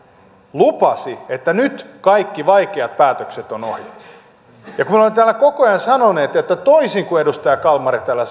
lupasi että nyt kaikki vaikeat päätökset ovat ohi me olemme täällä koko ajan sanoneet toisin kuin edustaja kalmari täällä